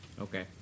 okay